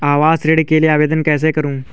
आवास ऋण के लिए आवेदन कैसे करुँ?